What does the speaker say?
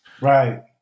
Right